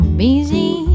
busy